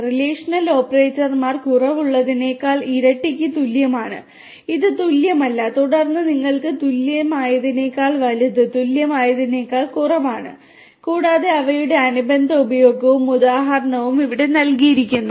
relational ഓപ്പറേറ്റർമാർ കുറവുള്ളതിനേക്കാൾ ഇരട്ടിക്ക് തുല്യമാണ് ഇത് തുല്യമല്ല തുടർന്ന് നിങ്ങൾക്ക് തുല്യമായതിനേക്കാൾ വലുത് തുല്യമായതിനേക്കാൾ കുറവാണ് കൂടാതെ അവയുടെ അനുബന്ധ ഉപയോഗവും ഉദാഹരണങ്ങളും ഇവിടെ നൽകിയിരിക്കുന്നു